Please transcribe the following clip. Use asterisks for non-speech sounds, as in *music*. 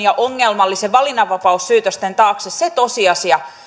*unintelligible* ja ongelmallinen valinnanvapaus syytösten taakse se tosiasia